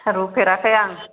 रुफेराखै आं